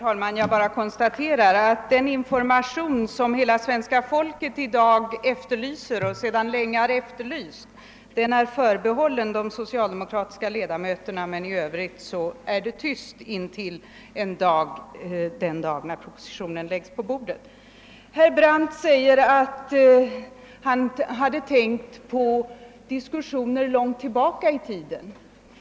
Herr talman! Jag konstaterar att den information i skattefrågan som hela svenska folket i dag efterlyser och sedan länge har efterlyst är förbehållen de socialdemokratiska ledamöterna. I övrigt är det tyst intill den dag då propositionen läggs på bordet. Herr Brandt säger att han har tänkt på diskussioner långt tillbaka i tiden.